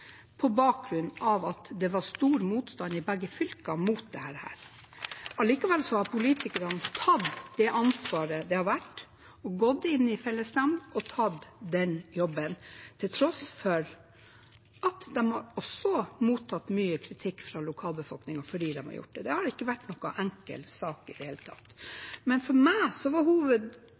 på bakgrunn av at det var stor motstand i begge fylkene mot dette. Allikevel har politikerne tatt det ansvaret, gått inn i fellesnemnden og tatt den jobben, til tross for at de også har mottatt mye kritikk fra lokalbefolkningen fordi de har gjort det. Det har ikke vært noen enkel sak i det hele tatt.